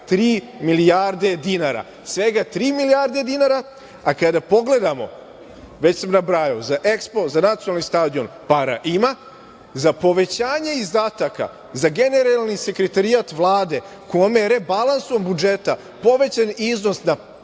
bilo je potrebno svega tri milijarde dinara, a kada pogledamo, već sam nabrajao, za EKSPO, za nacionalni stadion para ima, za povećanje izdataka za Generalni sekretarijat Vlade, kome je rebalansom budžeta povećan iznos na